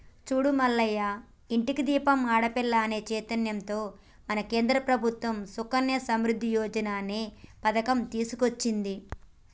చూడు మల్లయ్య ఇంటికి దీపం ఆడపిల్ల అనే చైతన్యంతో మన కేంద్ర ప్రభుత్వం సుకన్య సమృద్ధి యోజన అనే పథకం తీసుకొచ్చింది